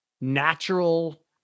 natural